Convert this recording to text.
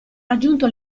raggiunto